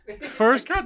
first